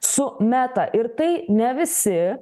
su meta ir tai ne visi